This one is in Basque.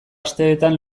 asteetan